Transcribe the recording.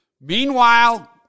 Meanwhile